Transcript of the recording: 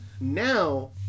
now